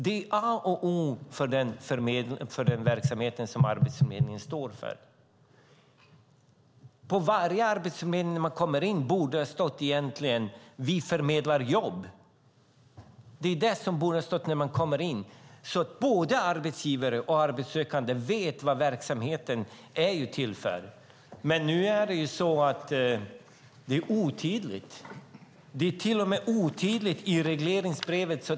Det är A och O för den verksamhet Arbetsförmedlingen står för. På varje arbetsförmedling borde det egentligen stå där man kommer in: Vi förmedlar jobb. Det är det som borde stå där man kommer in, så att både arbetsgivare och arbetssökande vet vad verksamheten är till för. Nu är det otydligt. Det är till och med otydligt i regleringsbrevet.